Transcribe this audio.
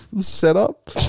setup